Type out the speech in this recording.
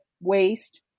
waste